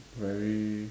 very